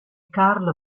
carl